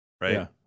Right